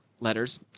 Letters